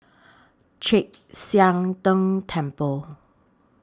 Chek Sian Tng Temple